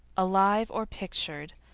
alive or pictured.